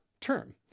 term